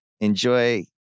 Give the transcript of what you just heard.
Enjoy